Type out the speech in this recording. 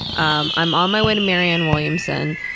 um i am on my way to marianne williamson